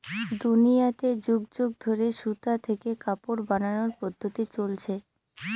দুনিয়াতে যুগ যুগ ধরে সুতা থেকে কাপড় বানানোর পদ্ধপ্তি চলছে